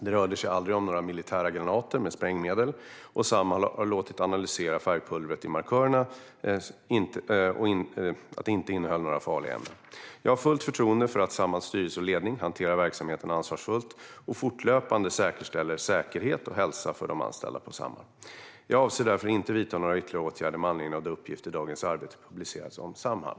Det rörde sig aldrig om några militära granater med sprängmedel, och Samhall har låtit analysera att färgpulvret i markörerna inte innehöll några farliga ämnen. Jag har fullt förtroende för att Samhalls styrelse och ledning hanterar verksamheten ansvarsfullt och fortlöpande säkerställer säkerhet och hälsa för de anställda på Samhall. Jag avser därför inte att vidta några ytterligare åtgärder med anledning av de uppgifter som Dagens Arbete publicerat om Samhall.